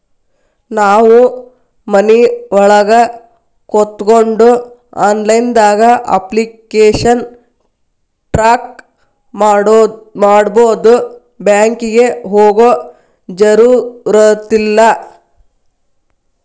ನಾವು ಮನಿಒಳಗ ಕೋತ್ಕೊಂಡು ಆನ್ಲೈದಾಗ ಅಪ್ಲಿಕೆಶನ್ ಟ್ರಾಕ್ ಮಾಡ್ಬೊದು ಬ್ಯಾಂಕಿಗೆ ಹೋಗೊ ಜರುರತಿಲ್ಲಾ